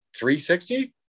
360